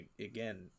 again